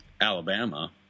Alabama